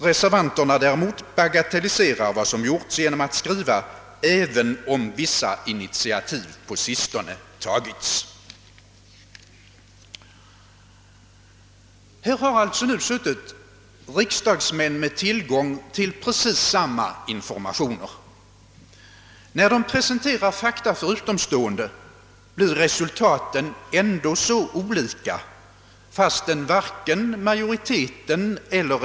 Reservanterna däremot bagatelliserar vad som har gjorts genom att skriva: »Även om vissa initiativ på sistone tagits ———». Här har alltså suttit riksdagsmän med tiligång till precis samma informationer. När de presenterar fakta för utomstående blir resultaten ändå så olika, trots att varken majoriteten eller.